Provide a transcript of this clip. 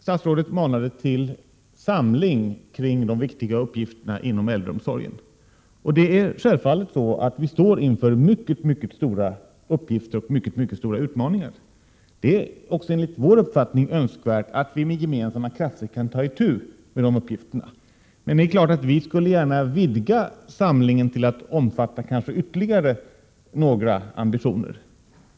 Statsrådet manade till samling kring de viktiga uppgifterna inom äldreomsorgen, och det är självfallet så att vi står inför mycket stora uppgifter och mycket stora utmaningar. Det är också enligt vår uppfattning önskvärt att vi med gemensamma krafter kan ta itu med de uppgifterna. Men det är klart att vi gärna skulle vidga samlingen till att omfatta ytterligare några ambitioner.